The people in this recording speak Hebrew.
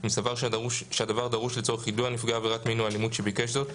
אם סבר שהדבר דרוש לצורך יידוע נפגע עבירת מין או אלימות שביקש זאת,